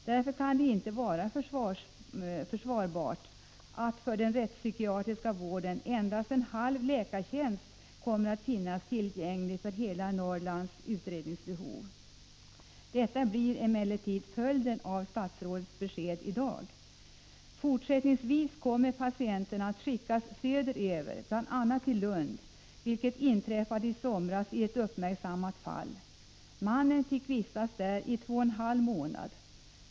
Därför kan det inte vara försvarbart att det för den rättspsykiatriska vården kommer att finnas endast en halv läkartjänst för hela Norrlands utredningsbehov. Detta blir emellertid följden av statsrådets besked i dag. Fortsättningsvis kommer patienterna att skickas söderöver, bl.a. till Lund, vilket inträffade i somras i ett uppmärksammat fall. Mannen fick vistas i Lund i två och en halv månad.